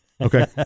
Okay